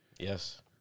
Yes